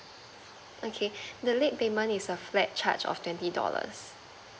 okay the late payment is a flat charge of twenty dollars